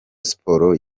sports